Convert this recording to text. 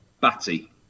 batty